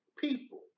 people